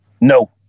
no